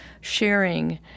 sharing